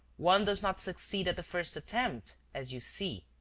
one does not succeed at the first attempt, as you see!